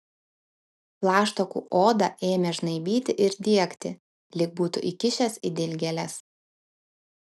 plaštakų odą ėmė žnaibyti ir diegti lyg būtų įkišęs į dilgėles